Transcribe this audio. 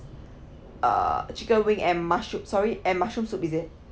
uh chicken wing and mushroom sorry and mushroom soup is it